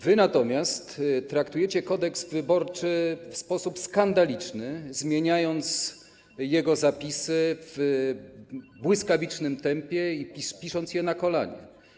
Wy natomiast traktujecie Kodeks wyborczy w sposób skandaliczny, zmieniając jego zapisy w błyskawicznym tempie i pisząc je na kolanie.